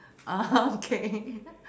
uh okay